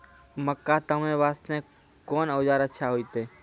मक्का तामे वास्ते कोंन औजार अच्छा होइतै?